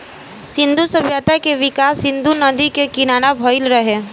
सिंधु सभ्यता के विकास सिंधु नदी के किनारा भईल रहे